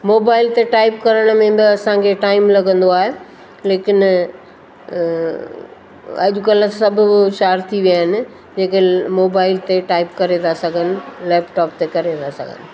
mobile ते type करण में त असां खे टाईंम लॻंदो आहे लेकिन अॼु कल्ह सभु हुशियारु थी विया आहिनि जेके मोबाइल ते टाईप करे था सघनि लैपटॉप ते करे था सघनि